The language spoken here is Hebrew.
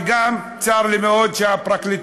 וגם צר לי מאוד שהפרקליטות